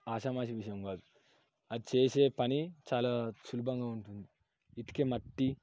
ఆషామాషి విషయం కాదు అది చేసే పని చాలా సులభంగా ఉంటుంది ఇటుక మట్టి